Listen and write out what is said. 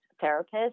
therapist